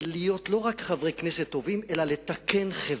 לא רק להיות חברי כנסת טובים, אלא לתקן חברה,